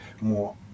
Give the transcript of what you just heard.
more